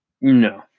No